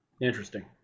Interesting